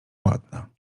ładna